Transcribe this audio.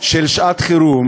של שעת-חירום